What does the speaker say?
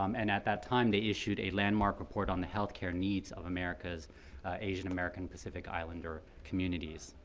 um and at that time they issued a landmark report on the health care needs of america's asian american pacific islander communities.